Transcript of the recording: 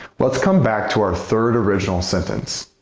let's come back to our third original sentence.